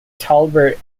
talbot